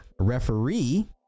referee